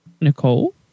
Nicole